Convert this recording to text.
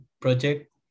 project